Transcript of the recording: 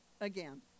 again